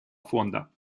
фонда